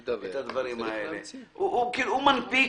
אני מתנצל,